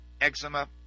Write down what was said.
eczema